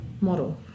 model